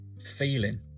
feeling